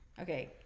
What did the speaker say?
okay